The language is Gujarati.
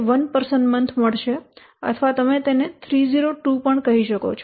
1 વ્યક્તિ મહિના મળશે અથવા તમે તેને 302 કહી શકો છો